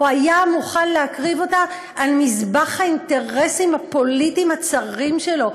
הוא היה מוכן להקריב אותם על מזבח האינטרסים הפוליטיים הצרים שלו.